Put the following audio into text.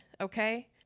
okay